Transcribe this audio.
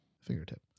Fingertip